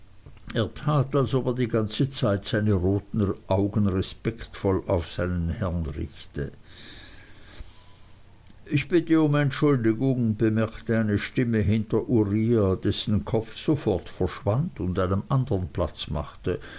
ob er die ganze zeit seine roten augen respektvoll auf seinen herrn richte ich bitte um entschuldigung bemerkte eine stimme hinter uriah dessen kopf sofort verschwand und einem andern platz machte